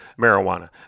marijuana